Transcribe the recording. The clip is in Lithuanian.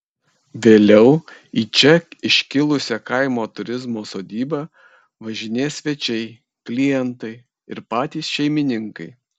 vėliau į čia iškilusią kaimo turizmo sodybą važinės svečiai klientai ir patys šeimininkai